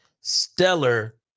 stellar